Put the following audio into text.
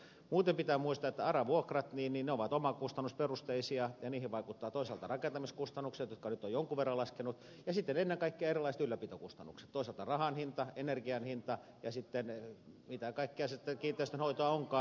muuten pitää muistaa että ara vuokrat ovat omakustannusperusteisia ja niihin vaikuttavat toisaalta rakentamiskustannukset jotka ovat nyt jonkin verran laskeneet ja sitten ennen kaikkea erilaiset ylläpitokustannukset toisaalta rahan hinta energian hinta ja sitten mitä kaikkea kiinteistönhoitoa onkaan